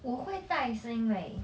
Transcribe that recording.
我会带是因为